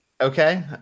Okay